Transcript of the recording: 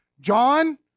John